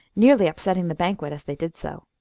nearly upsetting the banquet as they did so.